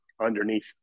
underneath